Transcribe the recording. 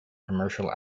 commercial